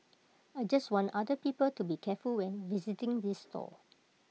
I just want other people to be careful when visiting this stall